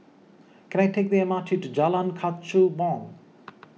can I take the M R T to Jalan Kechubong